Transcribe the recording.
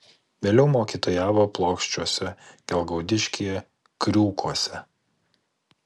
vėliau mokytojavo plokščiuose gelgaudiškyje kriūkuose